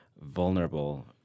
vulnerable